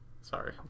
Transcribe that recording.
Sorry